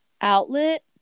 outlet